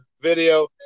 video